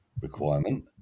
requirement